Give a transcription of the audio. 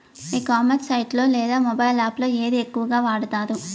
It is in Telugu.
ఈ కామర్స్ సైట్ లో లేదా మొబైల్ యాప్ లో ఏది ఎక్కువగా వాడుతారు?